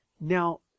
Now